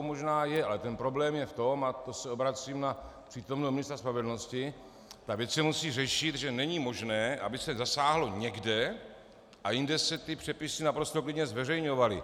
Možná je, ale problém je v tom a to se obracím na přítomného ministra spravedlnosti, ta věc se musí řešit , že není možné, aby se zasáhlo někde a jinde se ty přepisy naprosto klidně zveřejňovaly.